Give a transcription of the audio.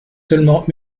seulement